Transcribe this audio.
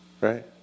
right